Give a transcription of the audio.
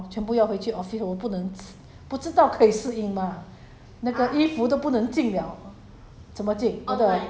没有想说要出去死了过两天我要是真的说它 phase three hor 全部要回去 office 我都不能知不知道可以适应吗